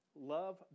Love